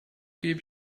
gebe